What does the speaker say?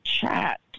chat